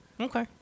okay